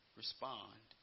respond